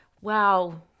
wow